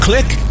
Click